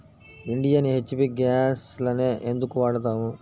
Indian, HP గ్యాస్లనే ఎందుకు వాడతాము?